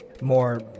More